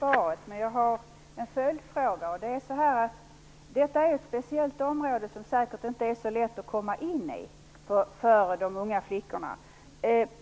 Fru talman! Jag tackar för det svaret. Jag har också en följdfråga. Detta är ju ett speciellt område, som det säkerligen inte är så lätt att komma in på för de unga flickorna.